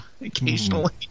occasionally